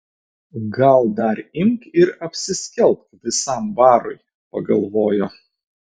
gal dar imk ir apsiskelbk visam barui pagalvojo